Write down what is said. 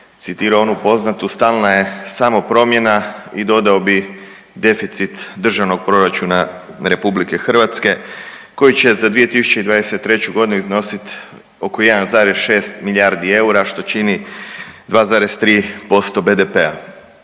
citirao onu poznatu stalna je samo promjena i dodao bi deficit Državnog proračuna RH koji će za 2023. godinu iznosit oko 1,6 milijardi eura što čini 2,3% BDP-a.